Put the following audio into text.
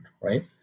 right